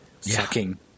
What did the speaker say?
sucking